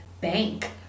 bank